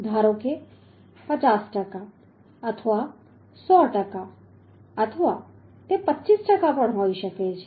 ધારો કે ૫૦ ટકા અથવા 100 ટકા અથવા તે 25 ટકા હોઈ શકે છે